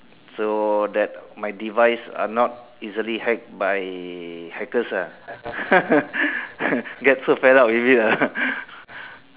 so that my device are not easily hacked by hackers uh get so fed up with it ah